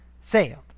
sailed